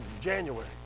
January